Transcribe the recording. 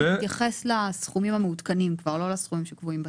תתייחס לסכומים המעודכנים ולא לסכומים שקבועים בצו,